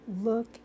look